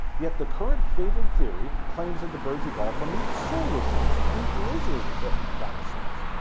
yet the current favoured theory claims that the birds evolved from the saurischians the lizard hipped dinosaurs.